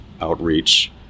outreach